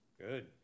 Good